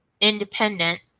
independent